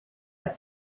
ist